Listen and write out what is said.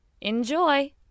Enjoy